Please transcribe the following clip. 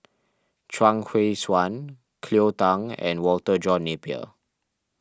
Chuang Hui Tsuan Cleo Thang and Walter John Napier